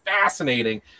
fascinating